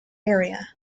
area